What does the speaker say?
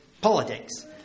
politics